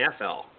NFL